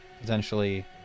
potentially